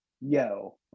yo